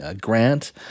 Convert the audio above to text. grant